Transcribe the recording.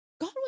God